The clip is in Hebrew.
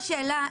בהמשך לשאלה,